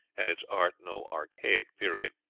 and its art no archaic period.